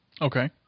Okay